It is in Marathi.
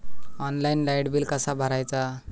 ऑनलाइन लाईट बिल कसा भरायचा?